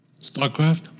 Starcraft